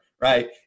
right